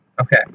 Okay